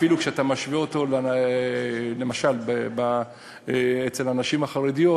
אפילו כשאתה משווה אותו למשל עם הנשים החרדיות,